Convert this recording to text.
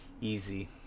easy